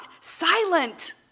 silent